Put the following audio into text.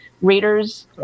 readers